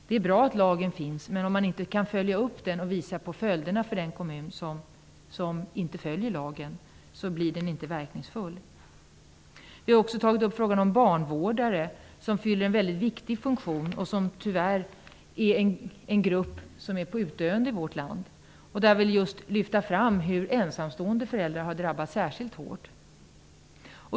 Det är bra att lagen finns, men om man inte kan följa upp lagen och visa vad följderna blir för den kommun som inte följer lagen, blir den inte verkningsfull. Vi har också tagit upp frågan om barnvårdare, som fyller en väldigt viktig funktion och som tyvärr är en grupp som är på utdöende i vårt land. Vi vill i det sammanhanget lyfta fram hur just ensamstående föräldrar har drabbats särskilt hårt.